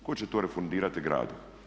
Tko će to refundirati gradu?